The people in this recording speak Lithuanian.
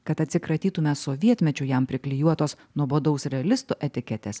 kad atsikratytume sovietmečiu jam priklijuotos nuobodaus realisto etiketės